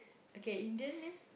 okay Indian name